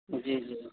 جی جی